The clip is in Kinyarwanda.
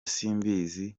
simbizi